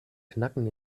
knacken